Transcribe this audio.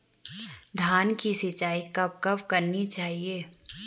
धान की सिंचाईं कब कब करनी चाहिये?